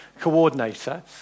Coordinator